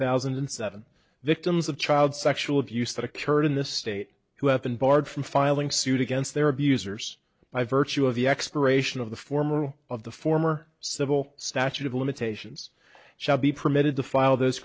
thousand and seven victims of child sexual abuse that occurred in this state who have been barred from filing suit against their abusers by virtue of the expiration of the former of the former civil statute of limitations shall be permitted to file those